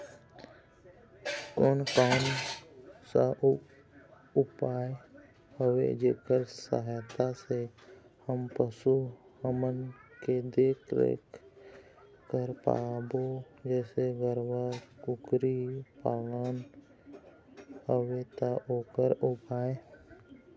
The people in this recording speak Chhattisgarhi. कोन कौन सा उपाय हवे जेकर सहायता से हम पशु हमन के देख देख रेख कर पाबो जैसे गरवा कुकरी पालना हवे ता ओकर उपाय?